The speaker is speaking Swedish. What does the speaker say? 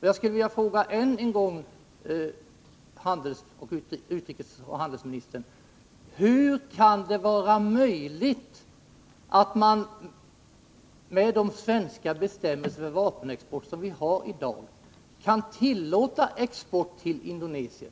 Jag skulle vilja fråga utrikesoch handelsministern än en gång: Hur kan det vara möjligt att, med de bestämmelser för vapenexport som vi har i dag, tillåta export till Indonesien?